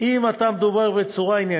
אם היית מדבר בצורה עניינית,